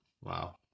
Wow